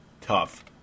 tough